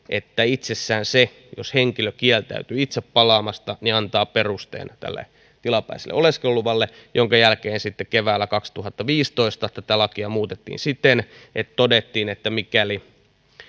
että itsessään se että henkilö kieltäytyy itse palaamasta antaa perusteen tälle tilapäiselle oleskeluluvalle minkä jälkeen sitten keväällä kaksituhattaviisitoista tätä lakia muutettiin siten että todettiin että mikäli